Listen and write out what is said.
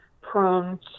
prone